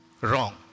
wrong